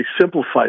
simplified